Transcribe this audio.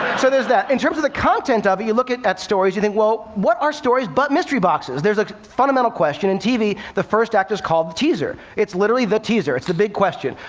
so there's that. in terms of the content of it, you look at at stories, you think, what are stories but mystery boxes? there's a fundamental question in tv, the first act is called the teaser. it's literally the teaser. it's the big question.